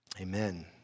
Amen